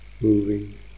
moving